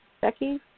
Becky